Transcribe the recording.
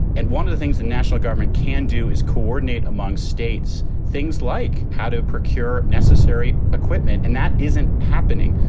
and one of the things the and national government can do is coordinate among states things like how to procure necessary equipment. and that isn't happening,